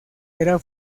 era